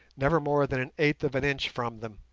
never more than an eighth of an inch from them,